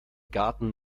garten